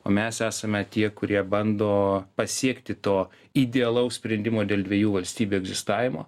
o mes esame tie kurie bando pasiekti to idealaus sprendimo dėl dviejų valstybių egzistavimo